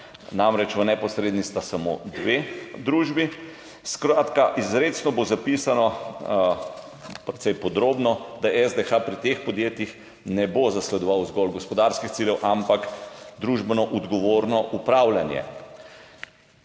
lasti. V neposredni sta namreč samo dve družbi. Skratka, izrecno bo zapisano, precej podrobno, da SDH pri teh podjetjih ne bo zasledoval zgolj gospodarskih ciljev, ampak družbeno odgovorno upravljanje.